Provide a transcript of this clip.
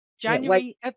january